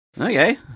Okay